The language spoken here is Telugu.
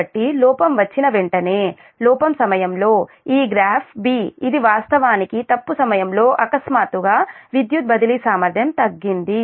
కాబట్టి లోపం వచ్చిన వెంటనే లోపం సమయంలో ఈ గ్రాఫ్ 'B' ఇది వాస్తవానికి తప్పు సమయంలో అకస్మాత్తుగా విద్యుత్ బదిలీ సామర్థ్యం తగ్గింది